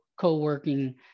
co-working